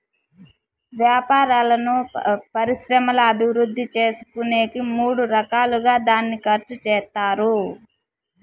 వ్యాపారాలను పరిశ్రమల అభివృద్ధి చేసుకునేకి మూడు రకాలుగా దాన్ని ఖర్చు చేత్తారు